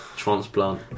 transplant